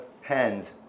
hands